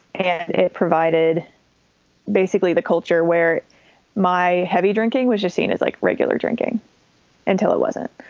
and it provided basically the culture where my heavy drinking was, you're seen as like regular drinking until it wasn't.